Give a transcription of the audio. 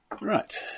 Right